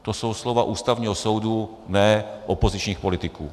To jsou slova Ústavního soudu, ne opozičních politiků.